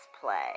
play